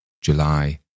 July